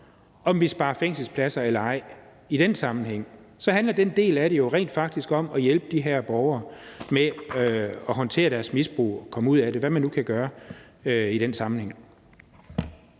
om vi sparer fængselspladser eller ej i den sammenhæng. Den del handler jo rent faktisk om at hjælpe de her borgere med at håndtere deres misbrug og komme ud af det; hvad man nu kan gøre i den sammenhæng.